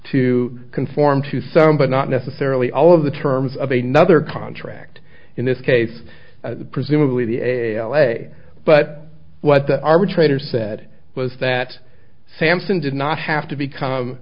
to conform to some but not necessarily all of the terms of a nother contract in this case presumably the l a but what the arbitrator said was that samson did not have to become